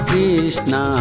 Krishna